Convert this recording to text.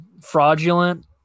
fraudulent